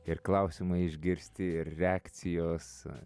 ir klausimai išgirsti ir reakcijos